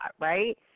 right